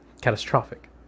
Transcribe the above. catastrophic